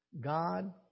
God